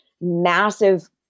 massive